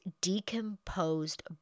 decomposed